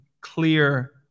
clear